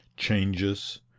Changes